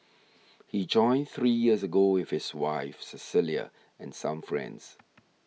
he joined three years ago with his wife Cecilia and some friends